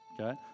okay